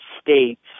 states